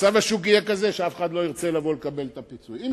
מצב השוק יהיה כזה שאף אחד לא ירצה לבוא לקבל את הפיצוי.